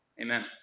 Amen